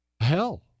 Hell